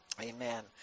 Amen